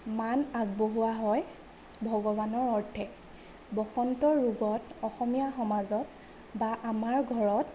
মান আগবঢ়োৱা হয় ভগৱানৰ অৰ্থে বসন্ত ৰোগত অসমীয়া সমাজত বা আমাৰ ঘৰত